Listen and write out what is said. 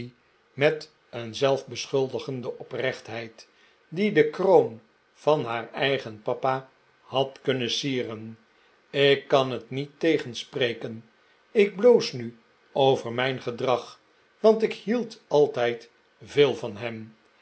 met een zelfbeschuldigende oprechtheid die de kroon van haar eigen papa had kunnen sieren ik kan het niet tegenspreken ik bloos nu over mijn gedrag want ik hield altijd veel van hem